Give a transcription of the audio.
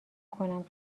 کنم